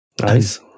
Nice